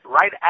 right